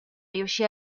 riuscì